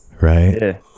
right